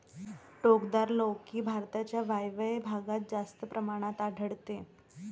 टोकदार लौकी भारताच्या वायव्य भागात जास्त प्रमाणात आढळते